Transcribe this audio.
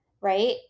right